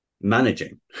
managing